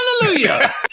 Hallelujah